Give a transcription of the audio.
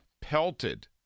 Pelted